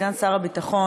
סגן שר הביטחון.